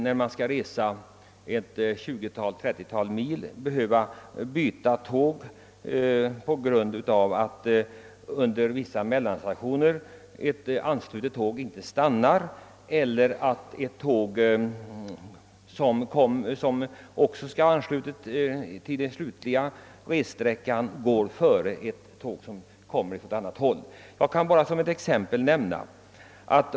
När man skall resa ett tjugotal eller trettiotal mil skall man inte behöva byta tåg därför att ett anslutande tåg inte stannar vid vissa mellanstationer eller på grund av att ett tåg som också ansluter till den aktuella resvägen avgår för tidigt. Jag kan nämna följande exempel.